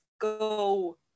go